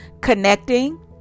connecting